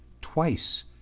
twice